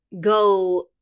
go